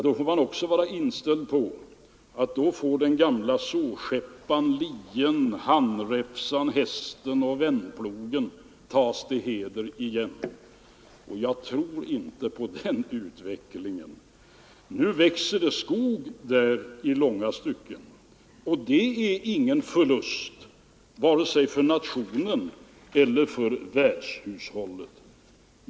Då får man också vara inställd på att den gamla såskäppan, lien, handräfsan, hästen och vändplogen tas till heders igen. Jag tror inte på den utvecklingen. Nu växer det skog på dessa ställen, och det är ingen förlust vare sig Nr 115 för nationen eller för världshushållet.